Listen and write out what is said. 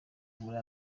muri